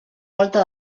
volta